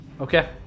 Okay